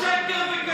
כולכם שקר וכזב.